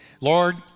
Lord